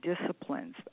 disciplines